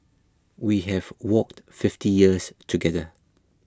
we have walked fifty years together